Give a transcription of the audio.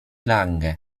lange